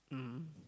mmhmm